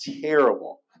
terrible